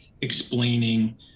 explaining